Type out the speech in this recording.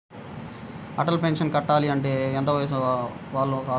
Atal pension కట్టాలి అంటే ఎంత వయసు వాళ్ళు కట్టాలి?